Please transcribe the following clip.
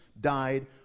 died